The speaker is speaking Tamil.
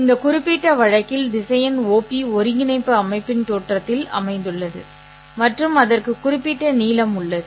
இந்த குறிப்பிட்ட வழக்கில் திசையன் OP ஒருங்கிணைப்பு அமைப்பின் தோற்றத்தில் அமைந்துள்ளது மற்றும் அதற்கு குறிப்பிட்ட நீளம் உள்ளது